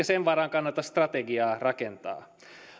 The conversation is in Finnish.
sen varaan kannata strategiaa rakentaa